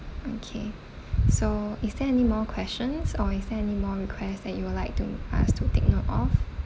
okay so is there anymore questions or is there anymore request that you would like to ask to take note of